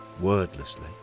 wordlessly